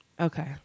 Okay